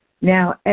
Now